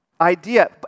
idea